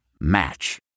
Match